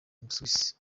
busuwisi